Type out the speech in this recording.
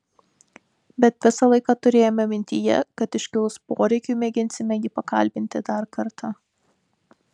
bet visą laiką turėjome mintyje kad iškilus poreikiui mėginsime jį pakalbinti dar kartą